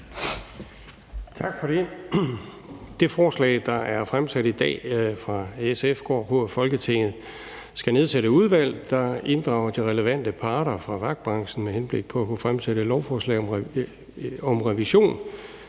Tak for det. Det forslag, der er fremsat i dag fra SF, går på, at Folketinget skal nedsætte et udvalg, der inddrager de relevante parter fra vagtbranchen med henblik på at kunne fremsætte et lovforslag om revision